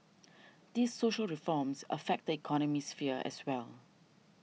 these social reforms affect the economic sphere as well